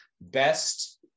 Best